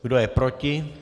Kdo je proti?